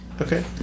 Okay